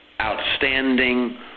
outstanding